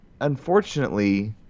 unfortunately